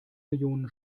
millionen